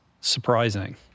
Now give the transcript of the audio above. surprising